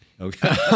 Okay